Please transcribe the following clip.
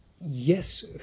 Yes